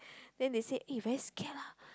then they say eh very scared lah